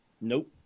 Nope